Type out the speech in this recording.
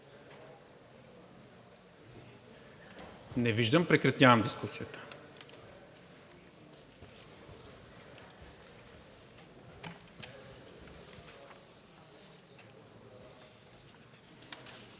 Не виждам. Прекратявам дискусията.